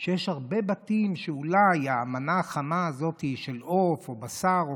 יש הרבה בתים שאולי המנה החמה הזאת של עוף או בשר או